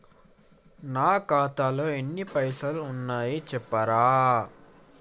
నా ఖాతాలో ఎన్ని పైసలు ఉన్నాయి చెప్తరా?